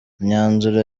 imyanzuro